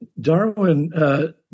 Darwin